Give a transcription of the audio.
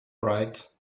right